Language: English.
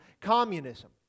communism